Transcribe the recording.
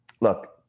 look